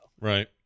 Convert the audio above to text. Right